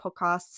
podcasts